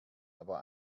aber